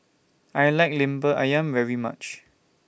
I like Lemper Ayam very much